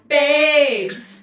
babes